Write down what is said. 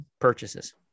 purchases